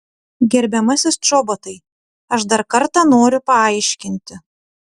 gerbiamasis čobotai aš dar kartą noriu paaiškinti